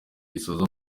gisoza